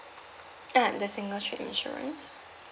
uh the single trip insurance